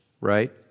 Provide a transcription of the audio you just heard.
right